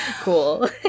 cool